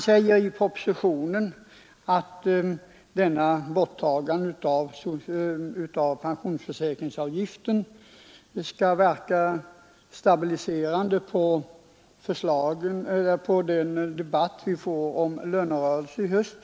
I propositionen sägs att borttagandet av pensionsförsäkringsavgiften skall verka stabiliserande på lönerörelsen i höst.